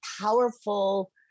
powerful